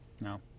No